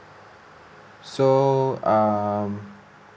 so um